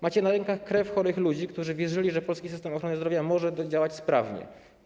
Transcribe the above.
Macie na rękach krew chorych ludzi, którzy wierzyli, że polski system ochrony zdrowia może działać sprawnie.